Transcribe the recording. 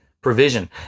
provision